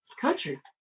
Country